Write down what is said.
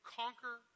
conquer